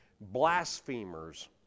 blasphemers